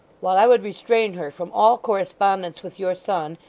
while i would restrain her from all correspondence with your son,